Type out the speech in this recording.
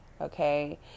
okay